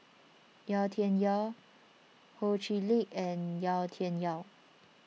Yau Tian Yau Ho Chee Lick and Yau Tian Yau